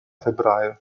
febbraio